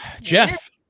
Jeff